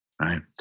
right